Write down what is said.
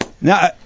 Now